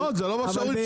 לא, זה לא מה שאומרים.